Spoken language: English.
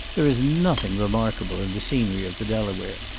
there is nothing remarkable in the scenery of the delaware.